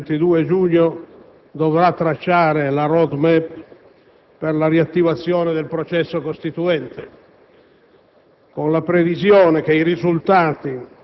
il Consiglio del 21 e 22 giugno dovrà tracciare la *road map* per la riattivazione del processo costituente,